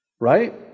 Right